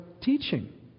teaching